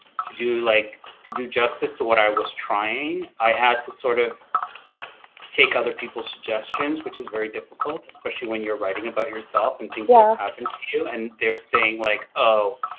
to do like to do justice to what i was trying, i had to sort of take other people's suggestions, which is very difficult, especially when you're writing about yourself and things that yeah happen to you and they're saying, like oh,